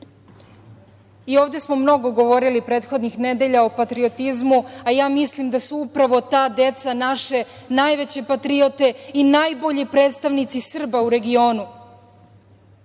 ovde smo mnogo govorili prethodnih nedelja o patriotizmu, a ja mislim da su upravo ta deca naše najveće patriote i najbolji predstavnici Srba u regionu.